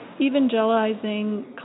evangelizing